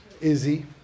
Izzy